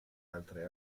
altre